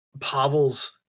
Pavel's